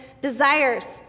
desires